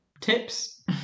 Tips